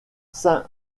saint